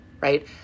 right